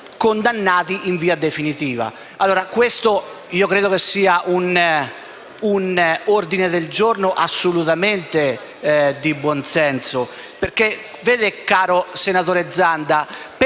condannati in via definitiva